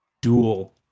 Dual